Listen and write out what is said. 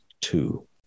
Two